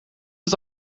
het